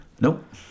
Nope